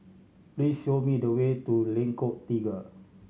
please show me the way to Lengkong Tiga